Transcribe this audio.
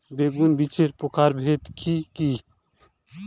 বেগুন বীজের প্রকারভেদ কি কী?